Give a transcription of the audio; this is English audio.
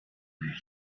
where